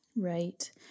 Right